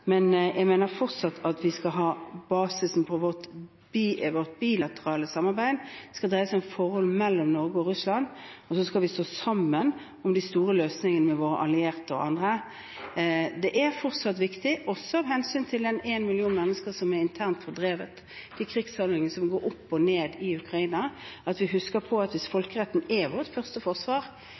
Men jeg mener fortsatt at basisen i vårt bilaterale samarbeid skal dreie seg om forholdet mellom Norge og Russland, og så skal vi stå sammen om de store løsningene med våre allierte og andre. Det er fortsatt viktig, også av hensyn til én million mennesker som er internt fordrevet av de krigshandlingene som går opp og ned i Ukraina, at vi husker at hvis folkeretten er vårt førsteforsvar, er folkeretten også for første